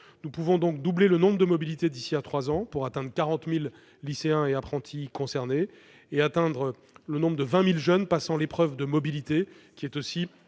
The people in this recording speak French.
Nous pouvons donc doubler le nombre de mobilités d'ici à trois ans, pour atteindre 40 000 lycéens et apprentis concernés et 20 000 jeunes passant l'épreuve de mobilité, laquelle est